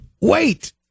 Wait